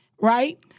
right